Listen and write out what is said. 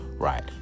Right